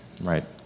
Right